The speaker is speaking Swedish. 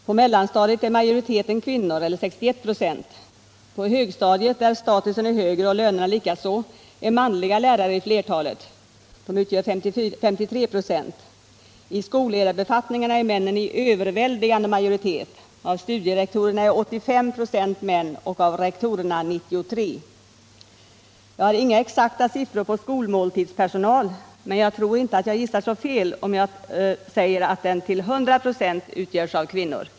På mellanstadiet är majoriteten — eller 61 96 — kvinnor. På högstadiet, som har högre status och likaså högre löner, är flertalet lärare manliga — de utgör 53 96. I skolledarbefattningarna är männen i överväldigande majoritet — av studierektorerna är 85 96 män och av rektorerna 93 96. Jag har inga exakta siffror för skolmåltidspersonal, men jag tror inte att jag gissar så fel om jag säger att den till 100 96 utgörs av kvinnor.